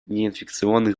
неинфекционных